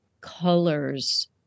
colors